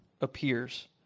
appears